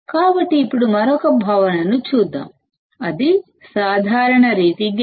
కాబట్టి ఇప్పుడు మరొక భావనను చూద్దాం ఇది కామన్ మోడ్ గైన్